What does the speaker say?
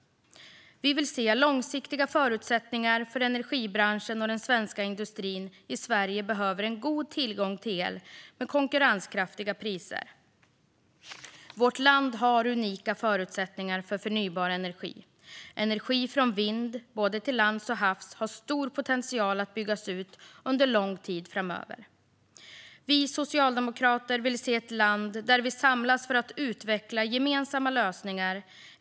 Vi vill se långsiktiga förutsättningar för energibranschen, och den svenska industrin i Sverige behöver god tillgång till el med konkurrenskraftiga priser. Vårt land har unika förutsättningar för förnybar energi. Energi från vind, både till lands och till havs, har stor potential att byggas ut under lång tid framöver. Socialdemokraterna vill se ett land där vi samlas för att utveckla gemensamma lösningar.